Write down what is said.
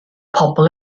pobl